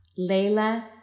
Layla